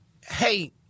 hey